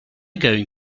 going